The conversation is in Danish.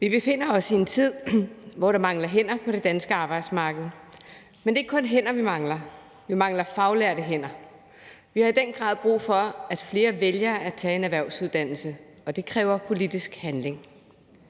Vi befinder os i en tid, hvor der mangler hænder på det danske arbejdsmarked. Men det er ikke kun hænder, vi mangler, vi mangler faglærte hænder. Vi har jo i den grad brug for, at flere vælger at tage en erhvervsuddannelse, og det kræver politisk handling.